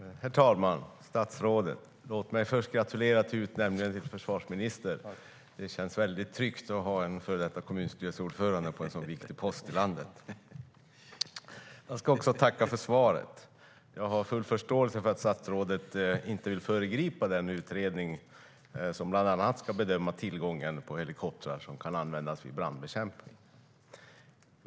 Jag vill också tacka för svaret. Jag har full förståelse för att statsrådet inte vill föregripa den utredning som bland annat ska bedöma tillgången på helikoptrar som kan användas vid brandbekämpning.